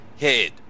head